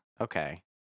Okay